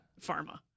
pharma